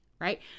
right